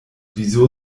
wieso